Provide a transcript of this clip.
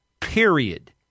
period